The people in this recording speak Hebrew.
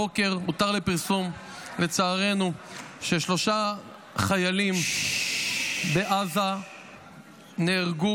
הבוקר הותר לפרסום ששלושה חיילים נהרגו בעזה: